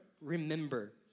Remember